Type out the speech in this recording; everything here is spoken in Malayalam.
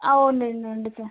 ആ ഉണ്ട് ഉണ്ട് ഉണ്ട് സാർ